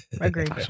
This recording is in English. Agreed